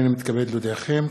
הנני מתכבד להודיעכם,